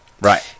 Right